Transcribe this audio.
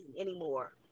anymore